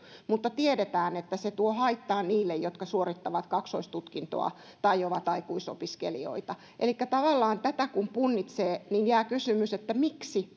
mutta tiedetään että se tuo haittaa niille jotka suorittavat kaksoistutkintoa tai ovat aikuisopiskelijoita elikkä tavallaan tätä kun punnitsee jää kysymys että miksi